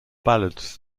ballads